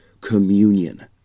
Communion